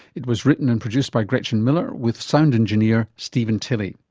it was written and produced by gretchen miller with sound engineer stephen tilley.